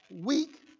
week